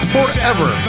Forever